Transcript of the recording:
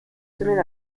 semaine